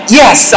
yes